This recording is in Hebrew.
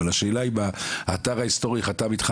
אבל השאלה היא אם האתר ההיסטורי חתם איתך